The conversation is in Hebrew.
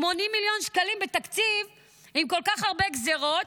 80 מיליון שקלים בתקציב עם כל כך הרבה גזרות,